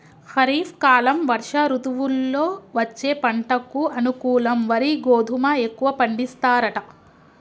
ఖరీఫ్ కాలం వర్ష ఋతువుల్లో వచ్చే పంటకు అనుకూలం వరి గోధుమ ఎక్కువ పండిస్తారట